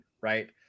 right